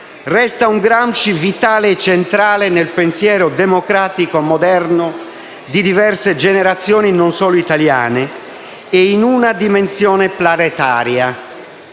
resta un Gramsci vitale e centrale nel pensiero democratico moderno di diverse generazioni non solo italiane e in una dimensione planetaria.